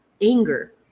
anger